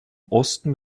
osten